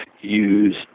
use